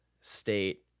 state